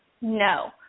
No